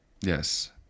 Yes